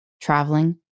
traveling